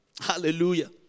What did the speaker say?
Hallelujah